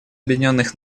объединенных